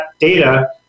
data